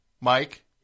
Mike